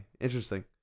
Interesting